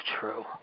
true